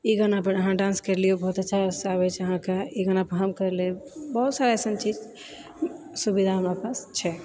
ई गाना पर अहाँ डान्स करि लिऔ बहुत अच्छासँ आबैछै अहाँकेँ ई गाना पर हम करि लेब बहुत सारा अइसन चीज सुविधा हमरा पास छै